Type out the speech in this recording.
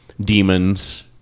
demons